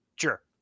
Sure